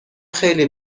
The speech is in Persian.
خیلی